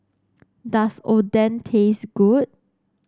does Oden taste good